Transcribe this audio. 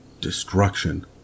destruction